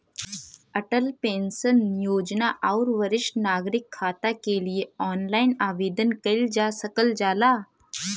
Atal pension योजना आउर वरिष्ठ नागरिक खाता के लिए ऑनलाइन आवेदन कइल जा सकल जाला